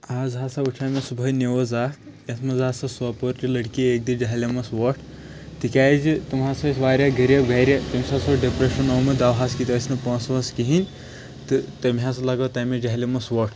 آز ہسا وُچھاے مےٚ صُبحٲے نِوٕز اکھ یتھ منٛز ہسا سوپورچہِ لٔڑکی أکۍ دِژ جہلِمس وۄٹھ تِکیٛازِ تِم ہسا ٲسۍ واریاہ غریٖب گھرِ تٔمِس ہسا اوس ڈپریٚشن اومُت دواہَس کِتۍ ٲسۍ نہٕ پونٛسہٕ وونٛسہٕ کہیٖنۍ تہٕ تٔمۍ ہسا لگٲو تَمے جہلمس وۄٹھ